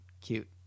Cute